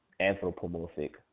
Anthropomorphic